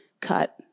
cut